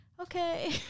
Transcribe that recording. Okay